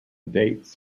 dates